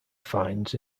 finds